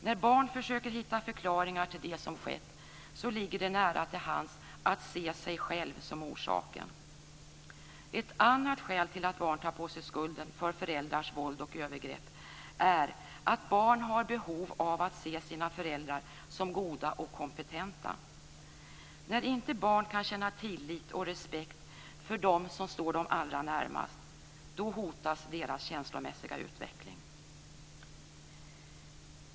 När barn försöker hitta förklaringar till det som skett ligger det nära till hands att de ser sig själva som orsaken. Ett annat skäl till att barn tar på sig skulden för föräldrars våld och övergrepp är att barn har behov av att se sina föräldrar som goda och kompetenta. När barn inte kan känna tillit till och respekt för dem som står dem allra närmast hotas deras känslomässiga utveckling.